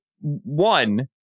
One